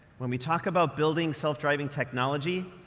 when we talk about building self-driving technology,